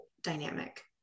dynamic